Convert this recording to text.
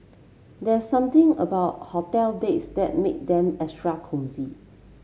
there's something about hotel beds that make them extra cosy